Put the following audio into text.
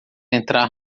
entrar